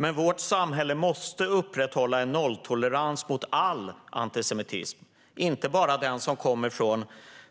Men vårt samhälle måste upprätthålla en nolltolerans mot all antisemitism, inte bara den som kommer